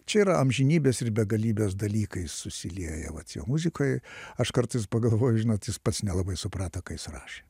čia yra amžinybės ir begalybės dalykai susilieję vat jo muzikoj aš kartais pagalvoju žinot jis pats nelabai suprato ką jis rašė